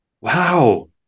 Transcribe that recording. Wow